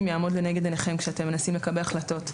יעמוד לנגד עיניכם כשאתם מנסים לקבל החלטות,